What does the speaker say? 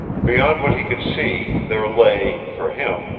beyond what he could see there lay, for him,